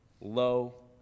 low